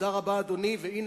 תודה רבה, אדוני.